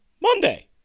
Monday